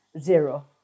zero